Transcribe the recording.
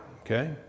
Okay